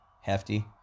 hefty